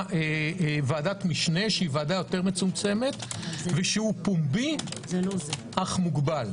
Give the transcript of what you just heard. משנה שהיא ועדה יותר מצומצמת ושהוא פומבי אך מוגבל.